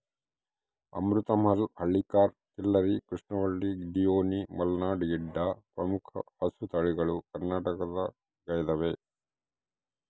ಅಮೃತ ಮಹಲ್ ಹಳ್ಳಿಕಾರ್ ಖಿಲ್ಲರಿ ಕೃಷ್ಣವಲ್ಲಿ ಡಿಯೋನಿ ಮಲ್ನಾಡ್ ಗಿಡ್ಡ ಪ್ರಮುಖ ಹಸುತಳಿಗಳು ಕರ್ನಾಟಕದಗೈದವ